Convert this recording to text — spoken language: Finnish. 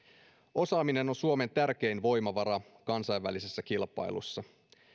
osaaminen on suomen tärkein voimavara kansainvälisessä kilpailussa